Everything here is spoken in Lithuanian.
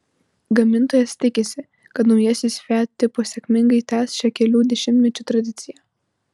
gamintojas tikisi kad naujasis fiat tipo sėkmingai tęs šią kelių dešimtmečių tradiciją